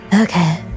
Okay